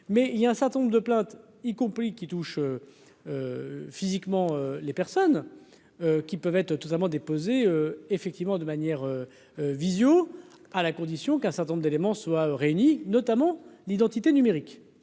mais il y a un certain nombre de plaintes, y compris qui touche physiquement les personnes qui peuvent être totalement déposé effectivement de manière visio à la condition qu'un certain nombre d'éléments soient réunis, notamment l'identité numérique